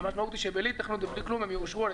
המשמעות היא שבלי תוכנית ובלי כלום הן יאושרו.